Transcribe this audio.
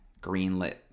greenlit